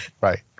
right